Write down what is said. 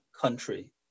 country